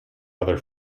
other